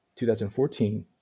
2014